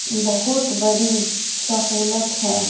بہت بڑی سہولت ہے